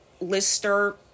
Lister